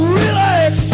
relax